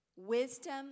Wisdom